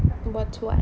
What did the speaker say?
what what